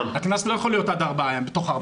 הקנס לא יכול להיות בתוך ארבעה הימים.